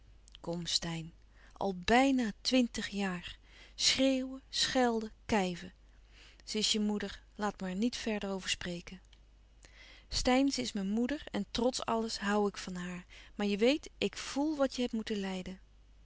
kom steyn al bijna twintig jaar schreeuwen schelden kijven ze is je moeder laat me er niet verder over spreken steyn ze is mijn moeder en trots alles hoû ik van haar maar je weet ik voèl wat je hebt moeten lijden